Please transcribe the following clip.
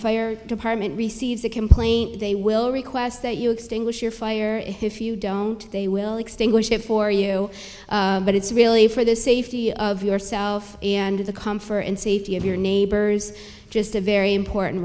fire department received a complaint they will request that you extinguish your fire if you don't they will extinguish it for you but it's really for the safety of yourself and the comfort and safety of your neighbors just a very important